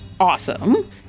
Awesome